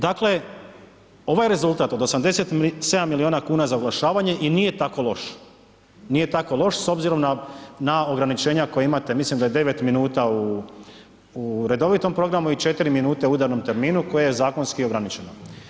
Dakle, ovaj rezultat od 87 milijuna kuna za oglašavanje i nije tako loš, nije tako loš s obzirom na, na ograničenja koja imate, mislim da je 9 minuta u, u redovitom programu i 4 minute u udarnom terminu koji je zakonski ograničeno.